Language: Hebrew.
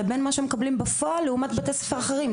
לבין מה שהם מקבלים בפועל לעומת בתי ספר אחרים?